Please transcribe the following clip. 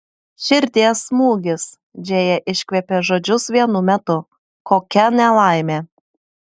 širdies smūgis džėja iškvėpė žodžius vienu metu kokia nelaimė